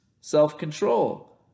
self-control